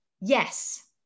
yes